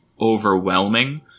overwhelming